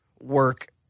work